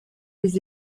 les